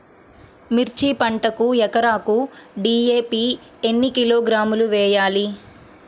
మిర్చి పంటకు ఎకరాకు డీ.ఏ.పీ ఎన్ని కిలోగ్రాములు వేయాలి?